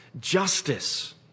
justice